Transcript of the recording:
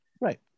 Right